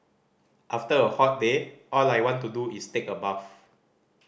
after a hot day all I want to do is take a bath